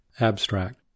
Abstract